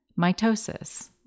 Mitosis